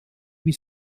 wie